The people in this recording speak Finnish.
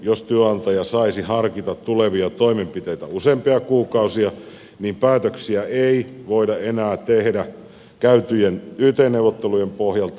jos työnantaja saisi harkita tulevia toimenpiteitä useampia kuukausia niin päätöksiä ei voitaisi enää tehdä käytyjen yt neuvottelujen pohjalta